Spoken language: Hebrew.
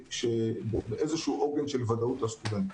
היא איזה שהוא עוגן של ודאות לסטודנטים.